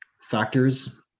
factors